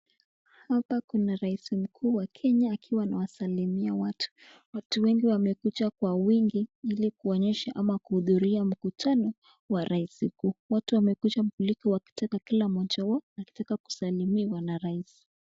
Hapa kuna rais mkuu wa kenya akiwa anawasalimia watu. Watu wengi wamekuja kwa wingi ili kuonyesha ama kuhudhuria mkutano wa rais mkuu. Wote wamekuja wakitaka kila mmoja wao wakitaka kusalimiwa na rais.